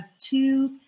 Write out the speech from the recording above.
two